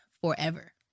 forever